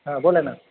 हां बोला ना